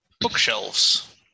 bookshelves